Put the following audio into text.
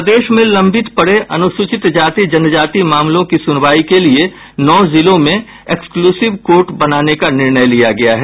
प्रदेश में लंबित पड़े अनुसूचित जाति जनजाति मामलों की सुनवाई के लिये नौ जिलों में एक्सक्लूसिव कोर्ट बनाने का निर्णय लिया गया है